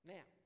Now